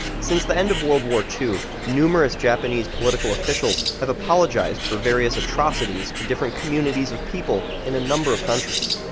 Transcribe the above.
since the end of world war ii, numerous japanese political officials have apologized for various atrocities to different communities of people in a number of countries.